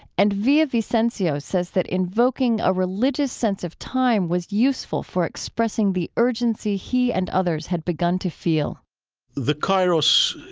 and villa-vicencio says that invoking a religious sense of time was useful for expressing the urgency he and others had begun to feel the kairos,